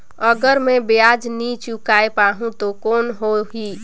अगर मै ब्याज नी चुकाय पाहुं ता कौन हो ही?